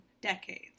decades